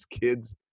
kids